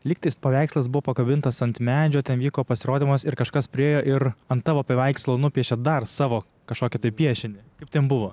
lygtais paveikslas buvo pakabintas ant medžio ten vyko pasirodymas ir kažkas priėjo ir ant tavo paveikslo nupiešė dar savo kažkokį piešinį kaip ten buvo